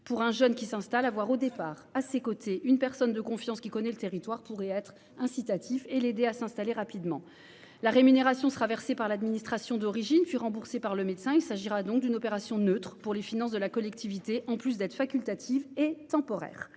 Pour un jeune qui s'installe, le fait d'avoir à ses côtés, dès le départ, une personne de confiance qui connaît le territoire pourrait avoir un caractère incitatif et l'aider à s'installer rapidement. La rémunération sera versée par l'administration d'origine, puis remboursée par le médecin : il s'agira donc d'une opération neutre pour les finances de la collectivité, en plus d'être facultative et temporaire.